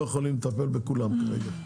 אנחנו לא יכולים לטפל בכולם כרגע.